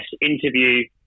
interview